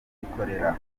gikorera